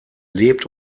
lebt